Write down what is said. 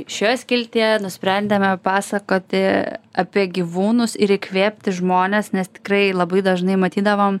šioje skiltyje nusprendėme pasakoti apie gyvūnus ir įkvėpti žmones nes tikrai labai dažnai matydavom